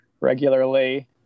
regularly